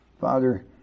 Father